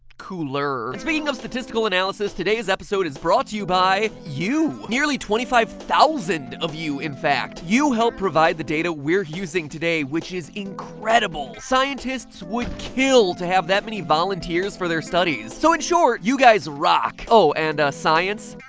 cooler and speaking of statistical analysis, today's episode is brought to you by. you, nearly twenty five thousand of you in fact you helped provide the data we're using today, which is incredible scientists would kill to have that many volunteers for their studies so in short, you guys rock! oh and ah, science?